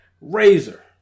Razor